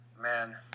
man